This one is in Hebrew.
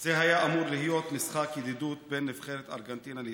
זה היה אמור להיות משחק ידידות בין נבחרת ארגנטינה לישראל,